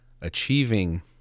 achieving